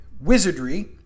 Wizardry